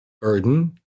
burden